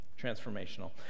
transformational